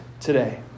today